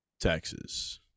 Texas